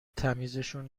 تمیزشون